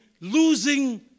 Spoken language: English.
losing